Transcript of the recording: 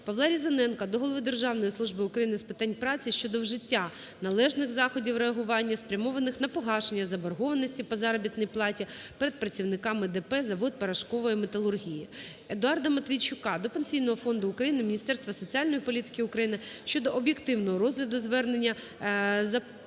ПавлаРізаненка до Голови Державної служби України з питань праці щодо вжиття належних заходів реагування, спрямованих на погашення заборгованості по заробітній платі перед працівниками ДП "ЗАВОД ПОРОШКОВОЇ МЕТАЛУРГІЇ". Едуарда Матвійчука до Пенсійного фонду України, Міністерства соціальної політики України щодо об'єктивного розгляду зверненняЗапольської